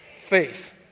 faith